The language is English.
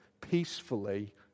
peacefully